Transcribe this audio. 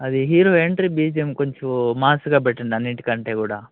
అది hero entry BGM కొంచం మాస్గా పెట్టండి అన్నింటికంటే కూడా